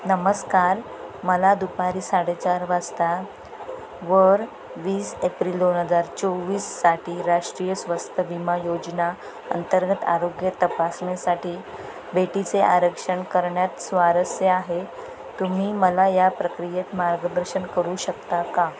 नमस्कार मला दुपारी साडेचार वाजता वर वीस एप्रिल दोन हजार चोवीससाठी राष्ट्रीय स्वस्त विमा योजना अंतर्गत आरोग्य तपासणीसाठी भेटीचे आरक्षण करण्यात स्वारस्य आहे तुम्ही मला या प्रक्रियेत मार्गदर्शन करू शकता का